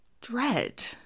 dread